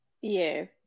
yes